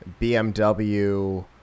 BMW